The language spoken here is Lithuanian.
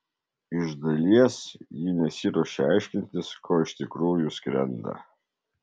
iš dalies ji nesiruošia aiškintis ko iš tikrųjų skrenda